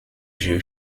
jeux